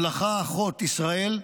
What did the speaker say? לפני 2,700 2,800 שנה ממלכה אחות, ישראל,